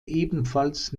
ebenfalls